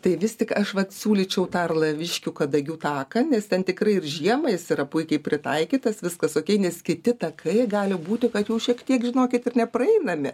tai vis tik aš vat siūlyčiau tą arlaviškių kadagių taką nes ten tikrai ir žiemą jis yra puikiai pritaikytas viskas okėj nes kiti takai gali būti kad jau šiek tiek žinokit ir nepraeinami